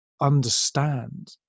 understand